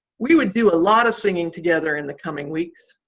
we would do a lot of singing together in the coming weeks.